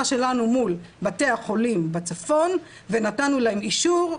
שלנו מול בתי החולים בצפון ונתנו להם אישור,